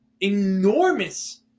enormous